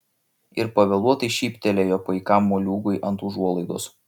ir pavėluotai šyptelėjo paikam moliūgui ant užuolaidos